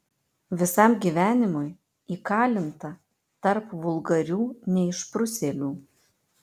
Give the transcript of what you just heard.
visam gyvenimui įkalinta tarp vulgarių neišprusėlių